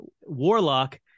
warlock